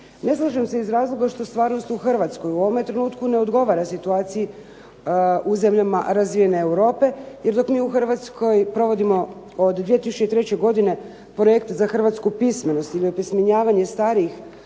Ne slažem se iz razloga što stvarnost u Hrvatskoj u ovom trenutku ne odgovara situaciji u zemljama razvijene Europe, jer dok mi u Hrvatskoj provodimo od 2003. godine projekt za Hrvatsku pismenost ili opismenjavanje starijih